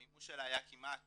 המימוש שלה היה כמעט